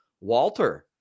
Walter